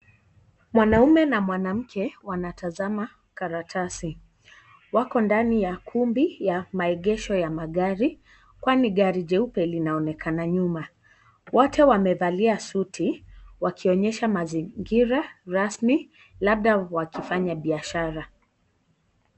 Mwanaume na mwanamke wanatazama karatasi. Wako ndani ya kumbi ya maegesho ya magari kwani gari jeupe linaonekana nyuma. Wote wamevalia suti, wakionyesha mazingira rasmi labda wakifanya biashara.